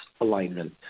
alignment